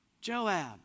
Joab